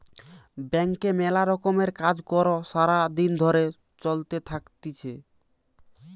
ব্যাংকে মেলা রকমের কাজ কর্ সারা দিন ধরে চলতে থাকতিছে